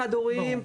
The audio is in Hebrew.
חד הוריים,